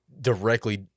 directly